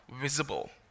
visible